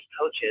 coaches